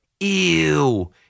Ew